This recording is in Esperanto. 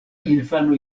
infano